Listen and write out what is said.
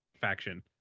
faction